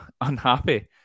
unhappy